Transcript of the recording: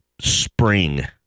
spring